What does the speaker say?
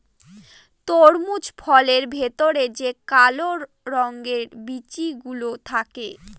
তরমুজ ফলের ভেতরে যে কালো রঙের বিচি গুলো থাকে